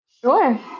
Sure